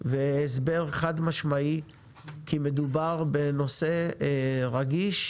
והסבר חד משמעי כי מדובר בנושא רגיש,